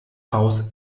haus